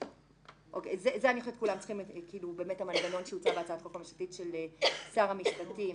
זה המנגנון שהוצע בהצעת החוק הממשלתית של שר המשפטים